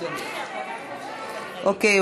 אוקיי.